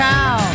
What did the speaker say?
Cow